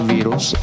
Virus